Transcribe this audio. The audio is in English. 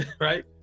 right